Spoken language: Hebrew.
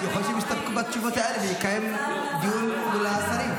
יכול להיות שהם יסתפקו בתשובות האלה ויתקיים דיון מול השרים.